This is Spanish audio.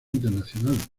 internacional